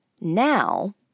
Now